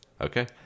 Okay